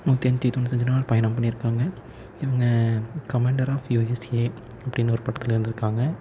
நூற்றி தொண்ணூற்றி அஞ்சு நாள் பயணம் பண்ணியிருக்காங்க இவங்க கமான்டராக அப்படினு ஒரு படத்தில் இருந்திருக்காங்க